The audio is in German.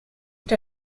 der